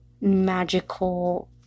magical